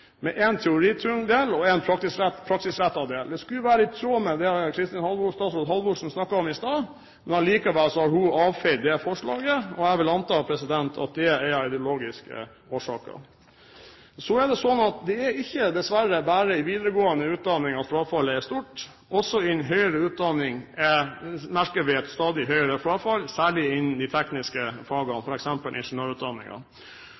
med én teoritung del og én praktisk rettet del. Det skulle være i tråd med det statsråd Halvorsen snakket om i stad, men allikevel har hun avfeid forslaget. Jeg vil anta at det er av ideologiske årsaker. Men så er det sånn at det dessverre ikke bare er i videregående utdanning at frafallet er stort. Også i høyere utdanning merker vi et stadig høyere frafall, særlig innen de tekniske fagene